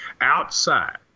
outside